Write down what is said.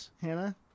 Hannah